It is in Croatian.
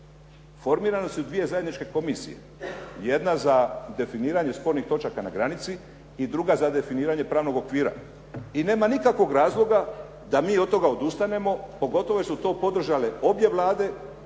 Formirane su dvije zajedničke komisije, jedna za definiranje spornih točaka na granici i druga za definiranje pravnog okvira i nema nikakvog razloga da mi od toga odustanemo pogotovo jer su to podržale obje Vlade,